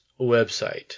website